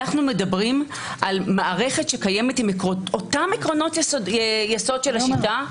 אנחנו מדברים על מערכת שקיימת עם אותם עקרונות יסוד של השיטה,